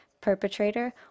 perpetrator